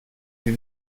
wie